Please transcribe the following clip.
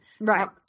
Right